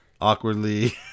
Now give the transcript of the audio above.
awkwardly